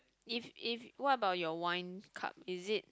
if if what about your wine cup is it